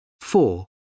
Four